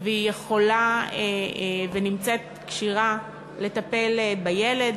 והיא יכולה ונמצאת כשירה לטפל בילד,